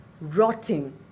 rotting